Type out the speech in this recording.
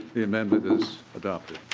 the amendment is adopted.